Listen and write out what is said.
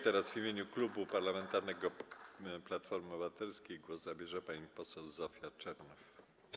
Teraz w imieniu Klubu Parlamentarnego Platforma Obywatelska głos zabierze pani poseł Zofia Czernow.